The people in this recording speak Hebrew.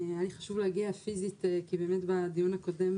היה לי חשוב להגיע פיזית כי באמת בדיון הקודם